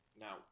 Now